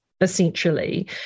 essentially